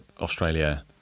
Australia